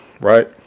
Right